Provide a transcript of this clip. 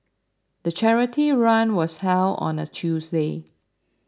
the charity run was held on a Tuesday